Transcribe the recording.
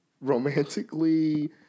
Romantically